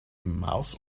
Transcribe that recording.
mouse